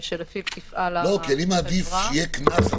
של החברה, קצין משטרה.